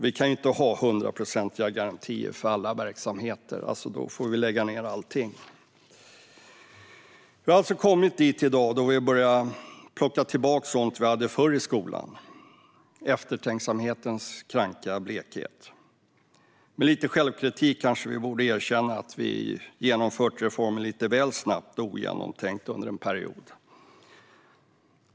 Vi kan ju inte ha hundraprocentiga garantier för alla verksamheter. Då får vi ju lägga ned allt. Vi har alltså kommit dit i dag att vi börjar plocka tillbaka sådant vi hade förr i skolan. Det är eftertänksamhetens kranka blekhet. Med lite självkritik borde vi kanske erkänna att vi har genomfört reformer lite väl snabbt och ogenomtänkt under en period.